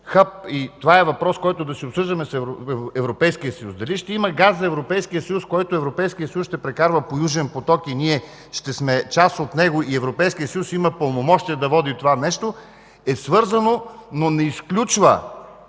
дали това е въпрос, който ще обсъждаме с Европейския съюз, дали ще има газ за Европейския съюз, който Европейският съюз ще прекарва по „Южен поток“ и ние ще сме част от него и той има правомощия да води това нещо, е свързано, но не изключва